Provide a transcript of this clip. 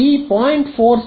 ಆದ್ದರಿಂದ ಈ 0